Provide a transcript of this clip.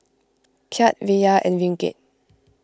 Kyat Riyal and Ringgit